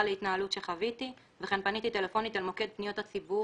להתנהלות שחוויתי וכן פניתי טלפונית אל מוקד פניות הציבור